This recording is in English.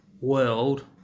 world